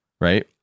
right